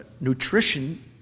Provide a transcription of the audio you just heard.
nutrition